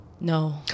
no